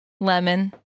lemon